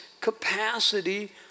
capacity